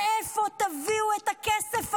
מאיפה תביאו את הכסף הזה?